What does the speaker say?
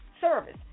service